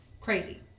Crazy